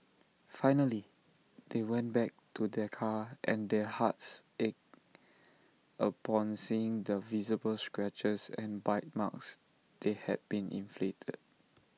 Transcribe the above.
finally they went back to their car and their hearts ached upon seeing the visible scratches and bite marks that had been inflicted